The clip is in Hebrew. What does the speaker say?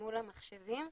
מול המחשבים,